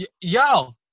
Yo